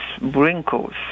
wrinkles